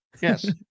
Yes